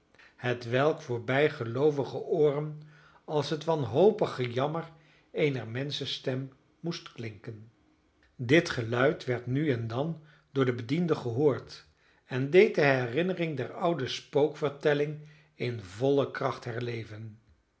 hetwelk voor bijgeloovige ooren als het wanhopig gejammer eener menschenstem moest klinken dit geluid werd nu en dan door de bedienden gehoord en deed de herinnering der oude spookvertelling in volle kracht herleven